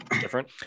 different